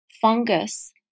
Fungus